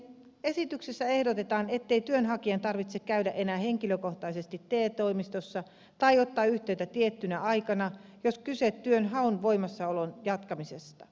esityksessä ehdotetaan ettei työnhakijan tarvitse käydä enää henkilökohtaisesti te toimistossa tai ottaa yhteyttä tiettynä aikana jos kyse on työnhaun voimassaolon jatkamisesta